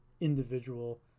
individual